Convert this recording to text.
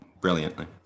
Brilliantly